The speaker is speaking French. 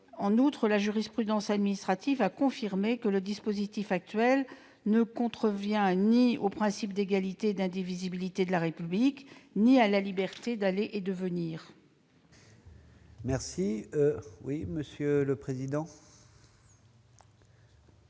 En outre, la jurisprudence administrative a confirmé que le dispositif actuel ne contrevient ni au principe d'égalité et d'indivisibilité de la République ni à la liberté d'aller et de venir. La parole est à